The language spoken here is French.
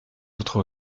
votre